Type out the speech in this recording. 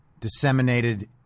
disseminated